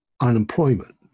unemployment